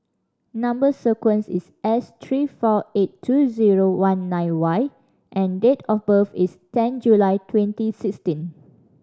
number sequence is S three four eight two zero one nine Y and date of birth is ten July twenty sixteen